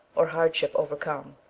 or hardship overcome,